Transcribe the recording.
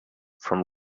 from